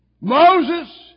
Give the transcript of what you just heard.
Moses